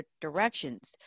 directions